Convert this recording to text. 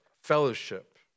fellowship